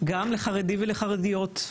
גם לחרדי ולחרדיות,